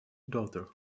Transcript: daughter